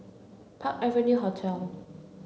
Park Avenue Hotel